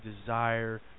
desire